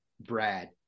Brad